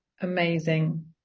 amazing